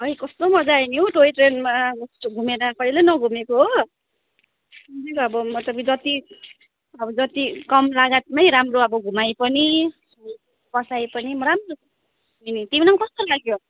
है कस्तो मजा आयो नि हौ टोइ ट्रेनमा घुमेर कहिले नघुमेको हो जति अब जति कम लागतमै राम्रो अब घुमायो पनि पसायो पनि राम्रो तिमीलाई पनि कस्तो लाग्यो